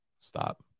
Stop